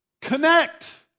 Connect